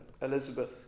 Elizabeth